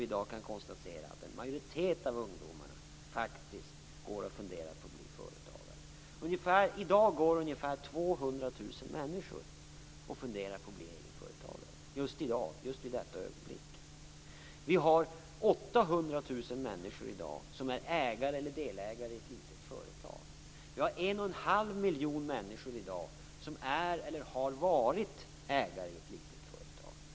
Vi kan i dag konstatera att en majoritet av ungdomarna faktiskt går och funderar på att bli företagare. I dag går ungefär 200 000 människor och funderar på att bli egenföretagare, just i dag i detta ögonblick. Vi har i dag 800 000 människor som är ägare eller delägare till ett litet företag. Vi har i dag en och en halv miljon människor som är eller har varit ägare till ett litet företag.